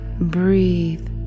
breathe